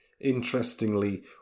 interestingly